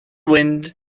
wind